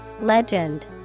Legend